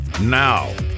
Now